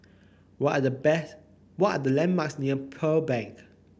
what are the best what are the landmarks near Pearl Bank